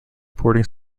boarding